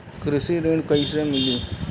कृषि ऋण कैसे मिली?